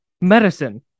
Medicine